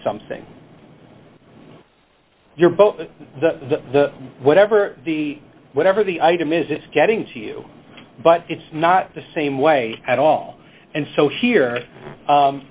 something you're both the whatever the whatever the item is it's getting to you but it's not the same way at all and so here